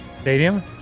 Stadium